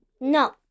No